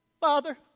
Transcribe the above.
Father